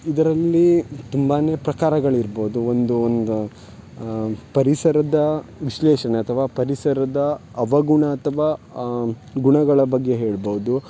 ಇದರಲ್ಲಿ ತುಂಬಾ ಪ್ರಕಾರಗಳಿರ್ಬೌದು ಒಂದು ಒಂದು ಪರಿಸರದ ವಿಶ್ಲೇಷಣೆ ಅಥವಾ ಪರಿಸರದ ಅವಗುಣ ಅಥವಾ ಗುಣಗಳ ಬಗ್ಗೆ ಹೇಳ್ಬೌದು